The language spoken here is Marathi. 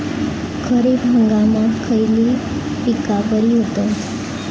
खरीप हंगामात खयली पीका बरी होतत?